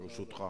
ברשותך.